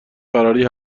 فراری